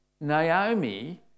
Naomi